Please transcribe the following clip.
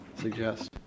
suggest